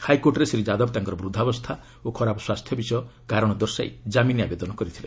ହାଇକୋର୍ଟରେ ଶ୍ରୀ ଯାଦବ ତାଙ୍କର ବୃଦ୍ଧାବସ୍ଥା ଓ ଖରାପ ସ୍ୱାସ୍ଥ୍ୟ ବିଷୟ କାରଣ ଦର୍ଶାଇ କାମିନ ଆବେଦନ କରିଥିଲେ